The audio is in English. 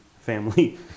family